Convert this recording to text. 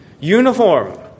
Uniform